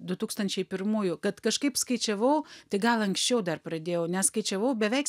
du tūkstančiai pirmųjų kad kažkaip skaičiavau tai gal anksčiau dar pradėjau nes skaičiavau beveik